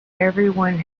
everyone